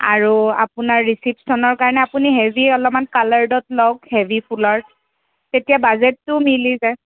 আৰু আপোনাৰ ৰিচিপচনৰ কাৰণে আপুনি হেভি অলপমান কালাৰ্ডত লওক হেভি ফুলৰ তেতিয়া বাজেটোও মিলি যায়